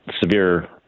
severe